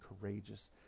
courageous